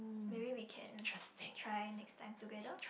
maybe we can try next time together